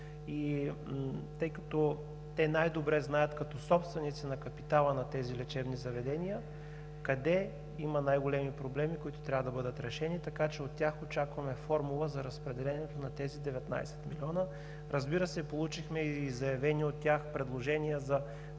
те най-добре знаят като собственици на капитала на тези лечебни заведения къде има най-големи проблеми, които трябва да бъдат решени. От тях очакваме формула за разпределението на тези 19 млн. лв. Получихме и заявени от тях предложения за